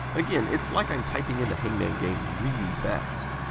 again, it's like i'm typing in the hangman game really fast.